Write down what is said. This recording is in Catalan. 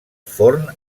forn